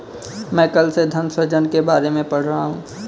मैं कल से धन सृजन के बारे में पढ़ रहा हूँ